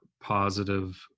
positive